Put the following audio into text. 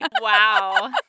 Wow